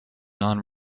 non